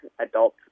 adult